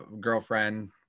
girlfriend